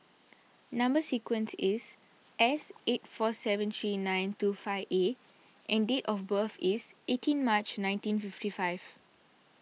Number Sequence is S eight four seven three nine two five A and date of birth is eighteen March nineteen fifty five